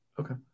Okay